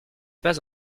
pas